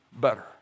better